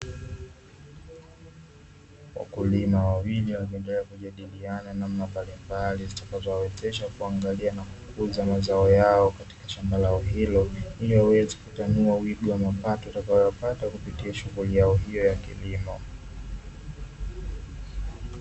Wakulima wawili wakiendelea kujadiliana namna mbalimbali zitakazowezesha kuangalia na kukuza mazao yao katika shamba lao hilo, ili waweze kutanua wigo wa mapato watayoyapata kupitia shughuli yao hiyo ya kilimo.